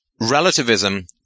Relativism